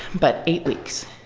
but eight weeks,